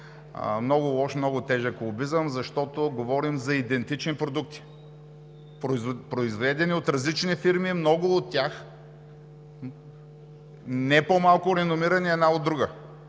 Много лош и много тежък лобизъм, защото говорим за идентични продукти, произведени от различни фирми – много от тях не по-малко реномирани една от друга.